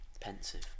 pensive